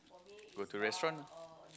go to restaurant ah